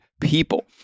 people